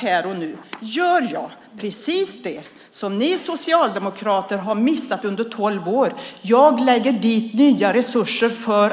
Här och nu gör jag precis det som ni socialdemokrater har missat under tolv år. Jag lägger dit nya resurser, för